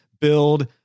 build